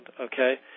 Okay